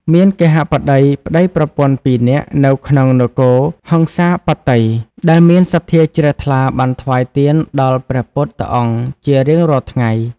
មានគហបតីប្ដីប្រពន្ធពីរនាក់នៅក្នុងនគរហង្សាបតី ដែលមានសទ្ធាជ្រះថ្លាបានថ្វាយទានដល់ព្រះពុទ្ធអង្គជារៀងរាល់ថ្ងៃ។